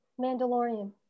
mandalorian